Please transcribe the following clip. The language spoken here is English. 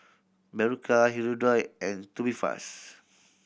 Berocca Hirudoid and Tubifast